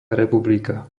republika